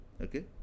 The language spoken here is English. okay